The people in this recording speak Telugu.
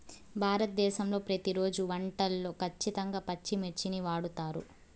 భారతదేశంలో ప్రతిరోజు వంటల్లో ఖచ్చితంగా పచ్చిమిర్చిని వాడుతారు